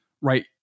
right